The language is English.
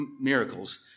miracles